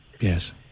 Yes